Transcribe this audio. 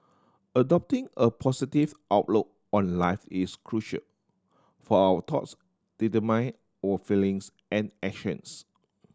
adopting a positive outlook on life is crucial for our thoughts determine our feelings and actions